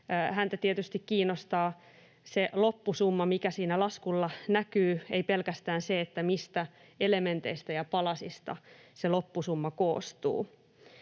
tietysti se loppusumma, mikä siinä laskulla näkyy, ei pelkästään se, mistä elementeistä ja palasista se loppusumma koostuu.